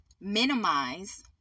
minimize